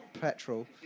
petrol